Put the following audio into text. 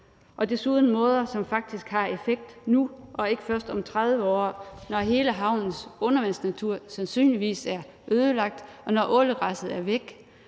og desuden måder, som faktisk har effekt nu og ikke først om 30 år, når hele havnens undervandsnatur sandsynligvis er ødelagt, og når ålegræsset er væk,